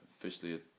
Officially